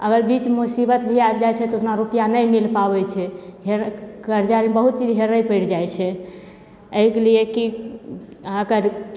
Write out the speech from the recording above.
अगर बीच मुसीबत भी आबि जाइ छै तऽ ओतना रुपैआ नहि मिलि पाबै छै फेर करजा जे बहुत चीज हेरै पड़ि जाइ छै एहिके लिए कि अहाँ अगर